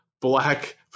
black